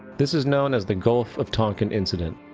this was known as the gulf of tonkin incident.